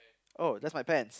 oh that's my pants